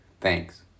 Thanks